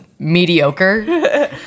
mediocre